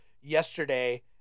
yesterday